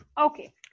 Okay